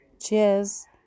cheers